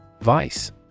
Vice